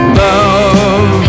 love